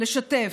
לשתף.